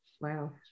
Wow